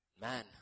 Man